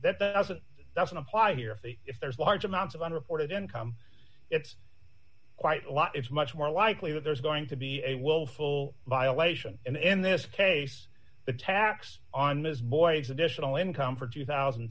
doesn't apply here see if there's large amounts of unreported income it's quite a lot it's much more likely that there's going to be a willful violation and in this case the tax on this boy's additional income for two one thousand